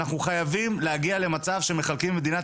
אנחנו חייבים להגיע למצב שמחלקים במדינת